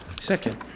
Second